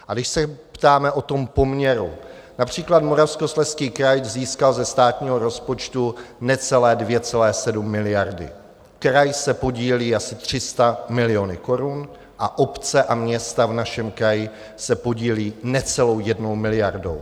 A když se ptáme na ten poměr, například Moravskoslezský kraj získal ze státního rozpočtu necelé 2,7 miliardy, kraj se podílí asi 300 miliony korun a obce a města v našem kraji se podílejí necelou jednou miliardou.